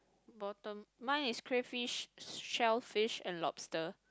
bottom mine is crayfish shellfish and lobster